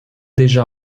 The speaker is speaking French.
déjà